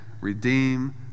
Redeem